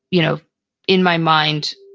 you know in my mind,